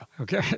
Okay